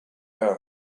earth